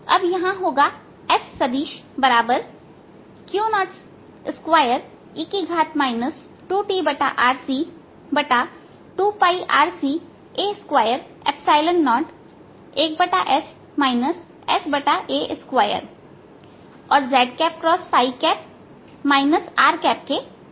अब यहां होगा S सदिशQ02e 2tRC2RCa201s sa2 और z x rके बराबर है